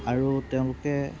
আৰু তেওঁলোকে